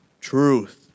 Truth